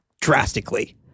drastically